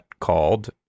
called